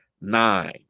nine